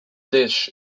dish